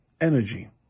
energy